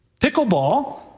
Pickleball